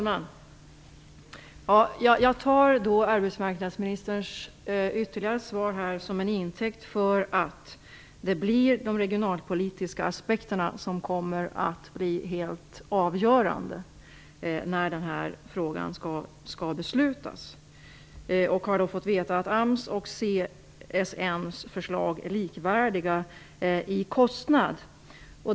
Fru talman! Jag tar arbetsmarknadsministerns ytterligare svar som en intäkt för att det blir de regionalpolitiska aspekterna som kommer att bli helt avgörande när beslut skall fattas i den här frågan. Jag har fått veta att AMS och CSN:s förslag är likvärdiga i fråga om kostnad.